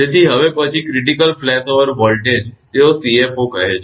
તેથી હવે પછી ક્રિટિકલ ફ્લેશઓવર વોલ્ટેજ તેઓ CFO કહે છે